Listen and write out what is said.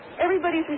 Everybody's